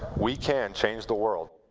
we can change the world.